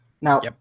Now